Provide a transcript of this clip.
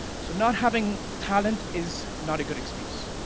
so, not having talent is not a good excuse.